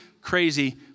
crazy